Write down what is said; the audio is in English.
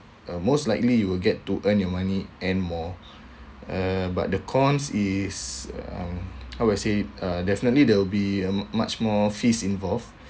uh most likely you will get to earn your money and more uh but the cons is um I would say definitely there will be uh much more fees involved